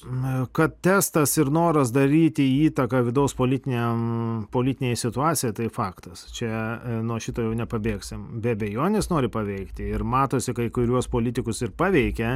na kad testas ir noras daryti įtaką vidaus politiniam politinei situacijai tai faktas čia nuo šito jau nepabėgsim be abejonės nori paveikti ir matosi kai kuriuos politikus ir paveikė